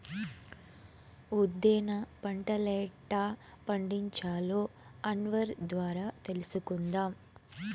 ఉద్దేన పంటలెట్టా పండించాలో అన్వర్ ద్వారా తెలుసుకుందాం